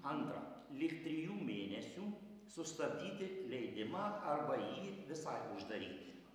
antra lig trijų mėnesių sustabdyti leidimą arba jį visai uždaryti